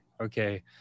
Okay